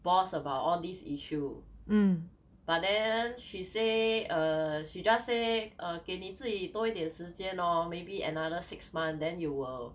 boss about all these issue but then she say err she just say err 给你自己多一点时间 lor maybe another six months then you will